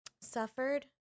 suffered